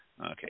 Okay